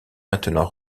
maintenant